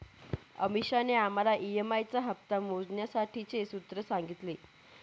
अमीषाने आम्हाला ई.एम.आई चा हप्ता मोजण्यासाठीचे सूत्र सांगितले